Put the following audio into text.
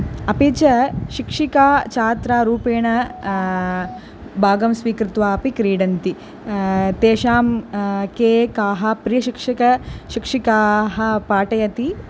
अपि च शिक्षिका छात्रारूपेण भागं स्वीकृत्वा अपि क्रीडन्ति तेषां के काः प्रियशिक्षकः शिक्षिकाः पाठयन्ति